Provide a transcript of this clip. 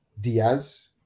Diaz